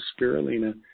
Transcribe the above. spirulina